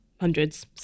hundreds